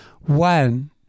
One